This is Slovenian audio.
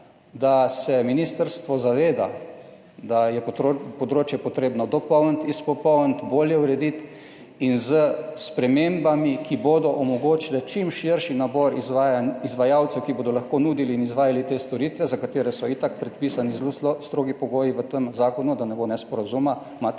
da se ministrstvo zaveda, da je področje potrebno dopolniti, izpopolniti, bolje urediti in s spremembami, ki bodo omogočile čim širši nabor izvajalcev, ki bodo lahko nudili in izvajali te storitve, za katere so itak predpisani zelo strogi pogoji v tem zakonu, da ne bo nesporazuma, imate tam